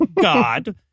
God